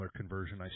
conversion